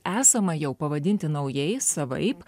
esama jau pavadinti naujai savaip